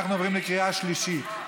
אנחנו עוברים לקריאה שלישית.